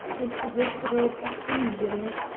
and the throb of engines,